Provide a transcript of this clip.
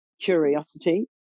curiosity